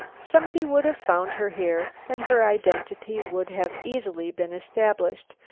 somebody would have found her here, and her identity would have easily been established,